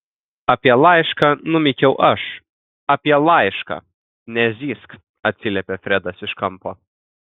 apie laišką numykiau aš apie laišką nezyzk atsiliepė fredas iš kampo